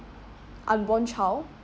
unborn child